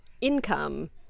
income